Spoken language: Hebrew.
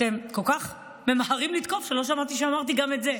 אתם כל כך ממהרים לתקוף שלא שמעתם שאמרתי גם את זה.